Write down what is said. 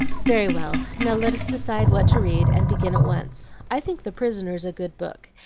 very well, now let us decide what to read, and begin at once. i think the prisoners a good book,